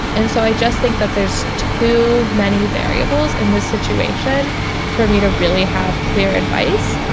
and so i just think that there's too many variables in this situation for me to really have clear advice.